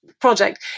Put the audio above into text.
project